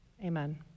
amen